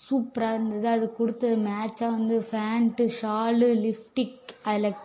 சூப்பராக இருந்தது அது கொடுத்தது மேட்சாக வந்து பேண்ட்டு ஷாலு லிப்டிக் அதில்